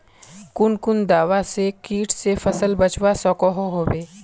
कुन कुन दवा से किट से फसल बचवा सकोहो होबे?